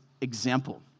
example